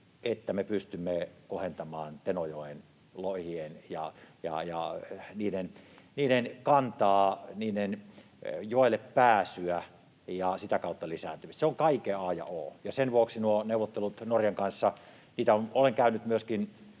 että me pystymme kohentamaan Tenojoen lohien kantaa, niiden joelle pääsyä ja sitä kautta lisääntymistä. Se on kaiken a ja o. Sen vuoksi nuo neuvottelut Norjan kanssa — niitä olen käynyt myöskin